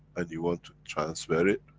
and you want to transfer it?